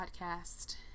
podcast